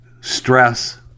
stress